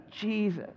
Jesus